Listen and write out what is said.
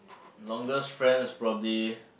longest friends probably